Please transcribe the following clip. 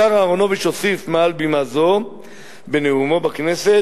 השר אהרונוביץ הוסיף מעל במה זו בנאומו בכנסת